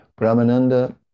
Brahmananda